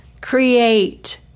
create